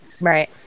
Right